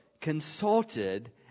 consulted